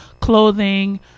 clothing